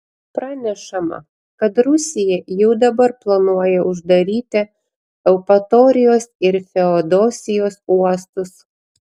pranešama kad rusija jau dabar planuoja uždaryti eupatorijos ir feodosijos uostus